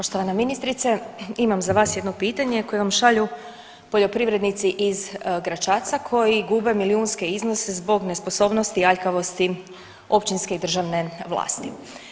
Poštovana ministrice imam za vas jedno pitanje koje vam šalju poljoprivrednici iz Gračaca koji gube milijunske iznose zbog nesposobnosti i aljkavosti općinske i državne vlasti.